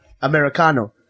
americano